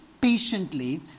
patiently